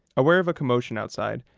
aware of a commotion outside,